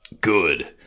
good